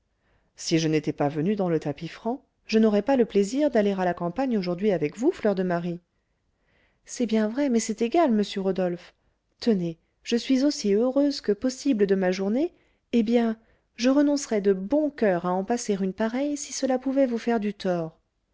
si je n'étais pas venu dans le tapis franc je n'aurais pas le plaisir d'aller à la campagne aujourd'hui avec vous fleur de marie c'est bien vrai mais c'est égal monsieur rodolphe tenez je suis aussi heureuse que possible de ma journée eh bien je renoncerais de bon coeur à en passer une pareille si cela pouvait vous faire du tort